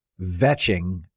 vetching